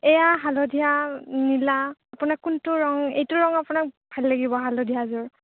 এইয়া হালধীয়া নীলা আপোনাক কোনটো ৰঙ এইটো ৰঙ আপোনাক ভাল লাগিব হালধীয়াযোৰ